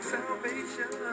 salvation